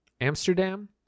amsterdam